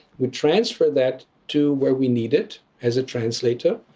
we transfer that to where we need it as a translator,